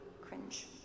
cringe